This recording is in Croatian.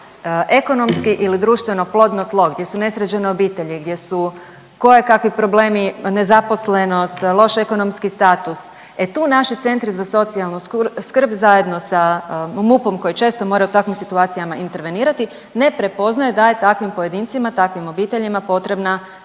ekonomski ili društveno plodno tlo, gdje su nesređene obitelji, gdje su kojekakvi problemi, nezaposlenost, loš ekonomski status, e tu naši centri za socijalnu skrb zajedno sa MUP-om koji često mora u takvim situacijama intervenirati ne prepoznaje da je takvim pojedincima, takvim obiteljima potrebna